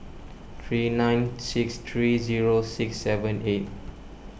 three nine six three zero six seven eight